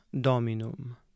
dominum